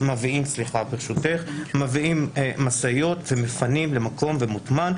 מביאה משאיות ומפנה למקום הטמנה.